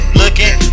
looking